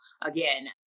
again